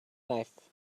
knife